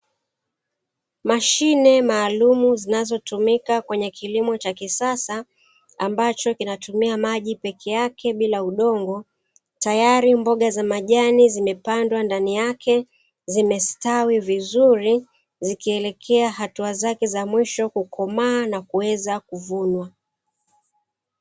Mashine maalumu zinazotumika kwenye kilimo cha kisasa, ambacho kinatumia maji peke yake bila udongo tayari mboga za majani zimepandwa ndani yake zimestawi vizuri zikielekea hatua zake za mwisho kukomaa na kuweza kuvunwa.